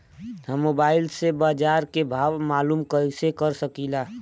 हम मोबाइल से बाजार के भाव मालूम कइसे कर सकीला?